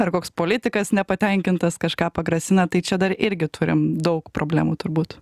ar koks politikas nepatenkintas kažką pagrasina tai čia dar irgi turim daug problemų turbūt